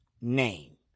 name